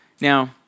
Now